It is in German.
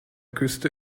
küste